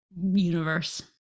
universe